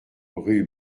rue